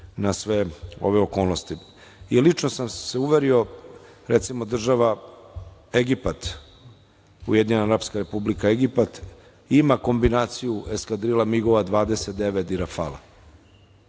na sve okolnosti. Lično sam se uverio, recimo, država Egipat, Ujedinjena Arapska Republika Egipat, ima kombinaciju eskadrila Migova 29 i Rafala,